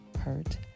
hurt